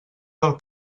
del